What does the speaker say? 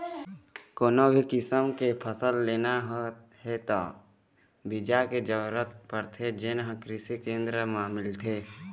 कोनो भी किसम के फसल लेना हे त बिजहा के जरूरत परथे जेन हे कृषि केंद्र म मिलथे